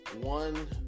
One